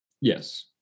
Yes